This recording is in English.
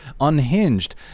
unhinged